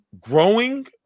growing